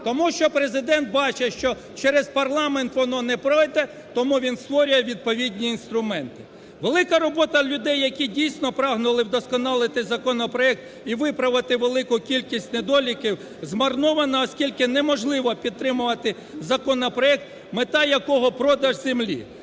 тому що Президент бачить, що через парламент воно не пройде тому він створює відповідні інструменти. Велика робота людей, які, дійсно, прагнули вдосконалити законопроект і виправити велику кількість недоліків змарнована, оскільки неможливо підтримувати законопроект, мета якого продаж землі.